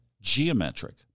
geometric